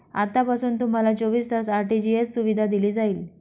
आतापासून तुम्हाला चोवीस तास आर.टी.जी.एस सुविधा दिली जाईल